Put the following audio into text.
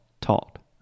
taught